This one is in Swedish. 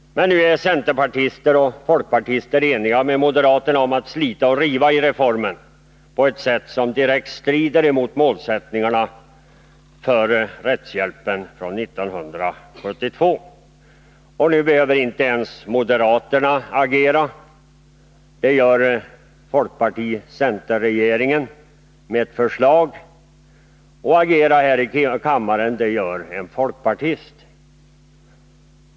Men nu är centerpartister och folkpartister eniga med moderaterna om att slita och riva i reformen, på ett sätt som direkt strider mot målsättningarna för rättshjälpen 1972. Och nu behöver moderaterna inte ens agera. Det gör folkparti-center-regeringen med ett förslag, och här i kammaren agerar en folkpartist.